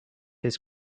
his